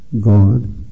God